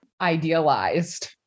idealized